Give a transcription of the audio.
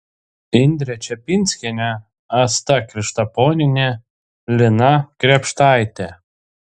indrė čepinskienė asta krištaponienė lina krėpštaitė